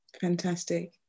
fantastic